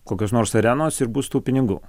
kokios nors arenos ir bus tų pinigų